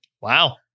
Wow